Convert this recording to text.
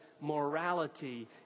morality